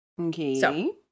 Okay